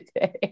today